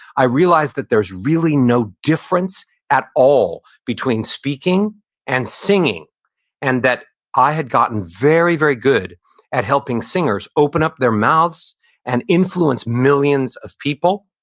i realized that there's really no difference at all between speaking and singing and that i had gotten very, very good at helping singers open up their mouths and influence millions of people,